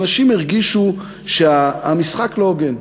אנשים הרגישו שהמשחק לא הוגן: